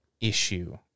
issue